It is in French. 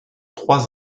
trois